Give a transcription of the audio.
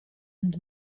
and